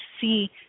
see